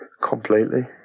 Completely